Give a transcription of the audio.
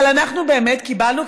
אבל אנחנו באמת קיבלנו,